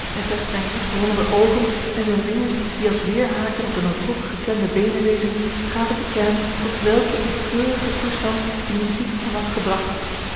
en slechts zijne woest rollende oogen en zijne vingers die als weêrhaken op de noodlottig geklemde beenen wezen gaven te kennen tot welken treurigen toestand de muziek hem had gebragt